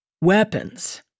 Weapons